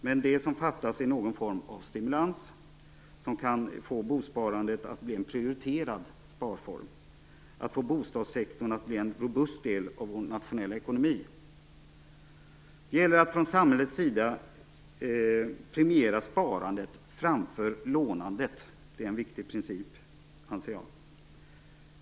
Men det som fattas är någon form av stimulans, som kan få bosparandet att bli en prioriterad sparform, att få bostadssektorn att bli en robust del av vår nationella ekonomi. Det gäller att från samhällets sida premiera sparandet framför lånandet. Det är en viktig princip, anser jag.